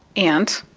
and.